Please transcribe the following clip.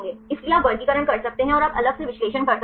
इसलिए आप वर्गीकरण कर सकते हैं और आप अलग से विश्लेषण कर सकते हैं